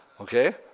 Okay